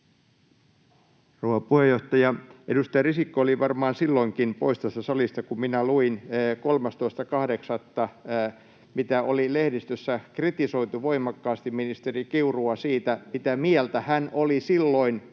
Rouva puheenjohtaja! Edustaja Risikko oli varmaan silloinkin pois tästä salista, kun minä luin siitä, kun 13.8. oli lehdistössä kritisoitu voimakkaasti ministeri Kiurua siitä, mitä mieltä hän oli silloin,